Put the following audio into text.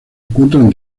encuentran